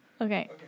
Okay